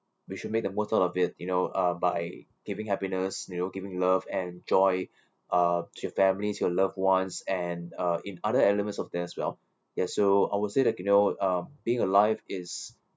we should make the most out of it you know uh by giving happiness you know giving love and joy uh to your families your loved ones and uh in other elements of that as well ya so I would say that you know uh being alive is